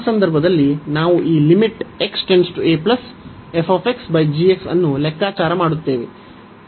ಆ ಸಂದರ್ಭದಲ್ಲಿ ನಾವು ಈ ಅನ್ನು ಲೆಕ್ಕಾಚಾರ ಮಾಡುತ್ತೇವೆ